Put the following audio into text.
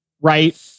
Right